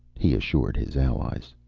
he assured his allies.